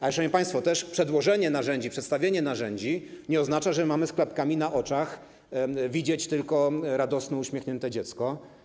Ale, szanowni państwo, przedłożenie narzędzi, przedstawienie narzędzi nie oznacza, że mamy z klapkami na oczach widzieć tylko radosne, uśmiechnięte dziecko.